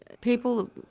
people